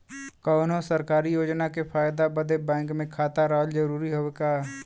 कौनो सरकारी योजना के फायदा बदे बैंक मे खाता रहल जरूरी हवे का?